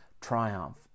triumph